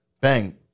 Bang